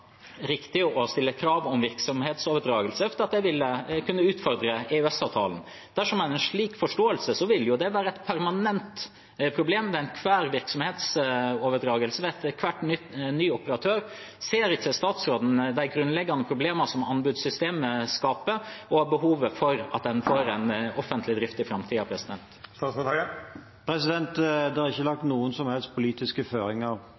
riktig å stille krav om virksomhetsoverdragelse, ut fra at det ville kunne utfordre EØS-avtalen. Dersom en har en slik forståelse, vil jo det være et permanent problem ved enhver virksomhetsoverdragelse, ved enhver ny operatør. Ser ikke statsråden de grunnleggende problemene som anbudssystemet skaper, og behovet for at en får en offentlig drift i framtiden? Det er ikke lagt noen som helst politiske føringer